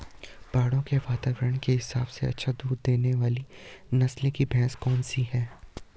पहाड़ों के वातावरण के हिसाब से अच्छा दूध देने वाली नस्ल की भैंस कौन सी हैं?